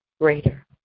greater